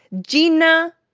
Gina